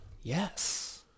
Yes